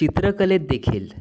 चित्रकलेतदेखील